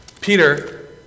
Peter